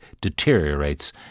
deteriorates